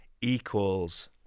equals